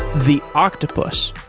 the octopus,